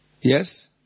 Yes